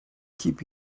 keep